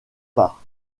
pas